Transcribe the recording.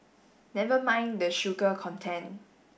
never mind the sugar content